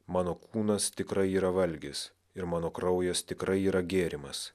mano kūnas tikrai yra valgis ir mano kraujas tikrai yra gėrimas